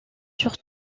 sur